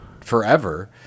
forever